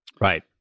Right